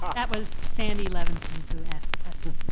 um that was sandy levinson who asked the question.